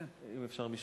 אם אפשר משפט?